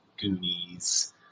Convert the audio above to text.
Goonies